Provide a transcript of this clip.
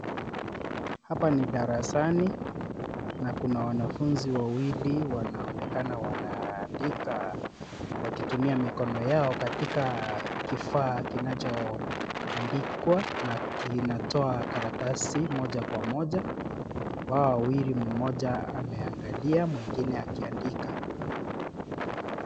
Hapa ni darasani, na kuna wanafunzi wawili wanaonekana wanaandika wakitumia mikono yao katika kifaa kinachoandikwa na kinatoa karatasi moja kwa moja. Kwa hao wawili mmoja ameangalia mwingine akiandika.